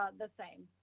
um the same.